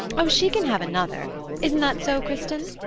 oh, she can have another isn't that so, kristin?